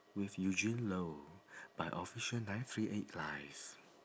with eugene loh by official nine three eight live